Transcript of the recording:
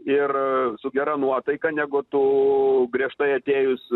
ir su gera nuotaika negu tu griežtai atėjus